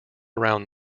around